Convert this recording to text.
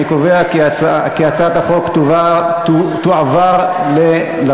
אני קובע כי הצעת החוק תועבר לוועדה.